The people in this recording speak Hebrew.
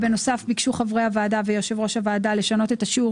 בנוסף ביקשו חברי הוועדה ויושב ראש הוועדה לשנות את השיעור